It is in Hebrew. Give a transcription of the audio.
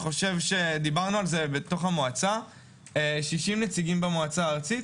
דיברנו על זה במועצה, 60 נציגים במועצה הארצית.